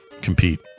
compete